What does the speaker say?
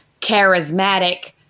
charismatic